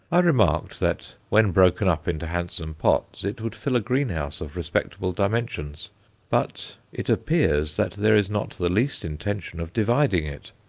i remarked that when broken up into handsome pots it would fill a greenhouse of respectable dimensions but it appears that there is not the least intention of dividing it.